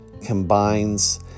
combines